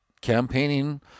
campaigning